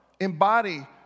embody